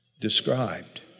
described